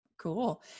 Cool